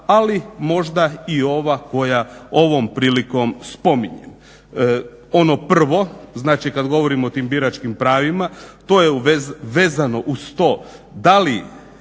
ali možda i ova koja ovom prilikom spominjem. Ono prvo, znači kad govorim o tim biračkim pravima, to je vezano uz to da li